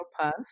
Puff